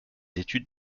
études